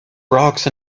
rocks